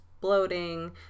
bloating